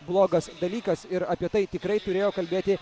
blogas dalykas ir apie tai tikrai turėjo kalbėti